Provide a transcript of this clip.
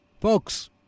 Folks